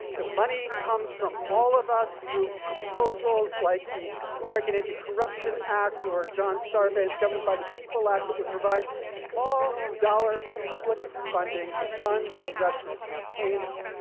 the money comes from all of us through proposals like the american anti-corruption act, or john sarbanes' government by the people act that would provide small dollar public funding to fund congressional campaigns.